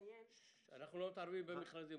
לא מתערבים במכרזים.